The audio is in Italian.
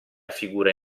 figure